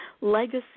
legacy